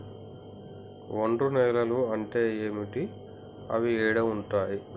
ఒండ్రు నేలలు అంటే ఏంటి? అవి ఏడ ఉంటాయి?